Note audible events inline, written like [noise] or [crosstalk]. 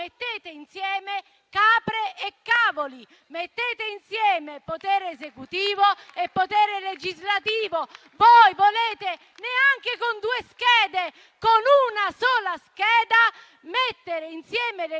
mettete insieme capre e cavoli; mettete insieme potere esecutivo e potere legislativo. [applause] Voi volete, neanche con due schede ma con una sola scheda, mettere insieme